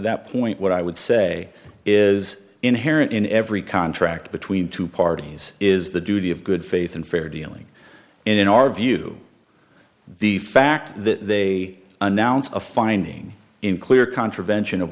that point what i would say is inherent in every contract between two parties is the duty of good faith and fair dealing in our view the fact that they announce a finding in clear contravention of